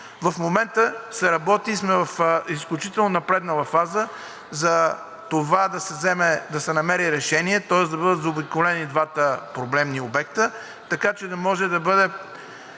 В момента се работи и сме в изключително напреднала фаза за това да се намери решение, тоест да бъдат заобиколени двата проблемни обекта, така че да може да бъде